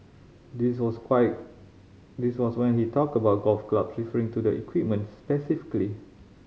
this was this was when he talked about golf club referring to the equipment specifically